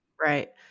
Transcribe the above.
Right